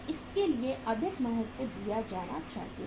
तो उसके लिए अधिक महत्व दिया जाना चाहिए